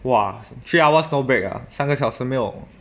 !wah! three hours no break ah 三个小时没有